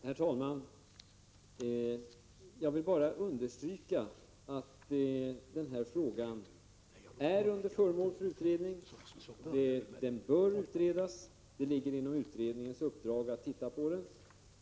Herr talman! Jag vill bara understryka att denna fråga är föremål för utredning. Den bör utredas, och det ligger inom utredningens uppdrag att se över den.